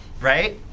right